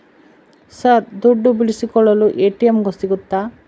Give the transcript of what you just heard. Sir ದುಡ್ಡು ಬಿಡಿಸಿಕೊಳ್ಳಲು ATM ಸಿಗುತ್ತಾ?